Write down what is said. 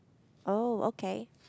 oh okay